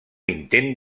intent